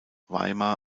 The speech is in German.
weimar